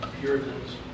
Puritans